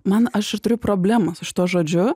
man aš turiu problemą su šituo žodžiu